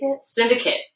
Syndicate